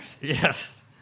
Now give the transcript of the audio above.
Yes